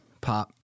pop